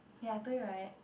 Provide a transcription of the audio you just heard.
ya I told you right